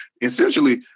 essentially